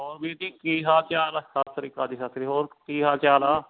ਹੋਰ ਵੀਰ ਜੀ ਕੀ ਹਾਲ ਚਾਲ ਸਤਿ ਸ਼੍ਰੀ ਅਕਾਲ ਜੀ ਸਤਿ ਸ਼੍ਰੀ ਅਕਾਲ ਹੋਰ ਕੀ ਹਾਲ ਚਾਲ ਆ